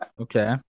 okay